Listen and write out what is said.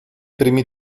primi